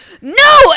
no